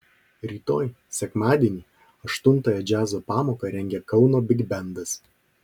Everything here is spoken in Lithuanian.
rytoj sekmadienį aštuntąją džiazo pamoką rengia kauno bigbendas